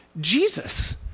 Jesus